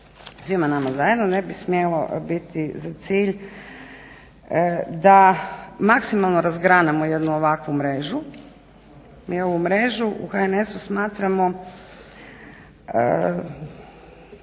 svima nama zajedno ne bi smjelo biti za cilj da maksimalno razgranamo jednu ovakvu mrežu. Mi ovu mrežu u HNS-u smatramo